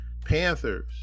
Panthers